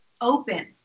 open